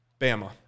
Bama